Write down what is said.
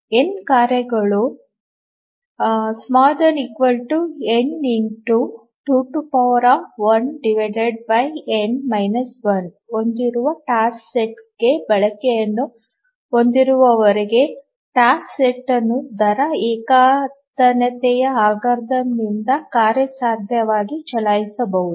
N ಕಾರ್ಯಗಳು n ಹೊಂದಿರುವ task ಸೆಟ್ಗೆ ಬಳಕೆಯನ್ನು ಹೊಂದಿರುವವರೆಗೆ ಟಾಸ್ಕ್ ಸೆಟ್ ಅನ್ನು ದರ ಏಕತಾನತೆಯ ಅಲ್ಗಾರಿದಮ್ನಿಂದ ಕಾರ್ಯಸಾಧ್ಯವಾಗಿ ಚಲಾಯಿಸಬಹುದು